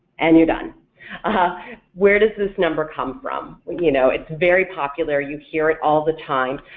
and you're done uh-huh where does this number come from, you know it's very popular you hear it all the time,